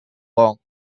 kong